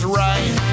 right